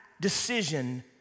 decision